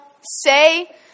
say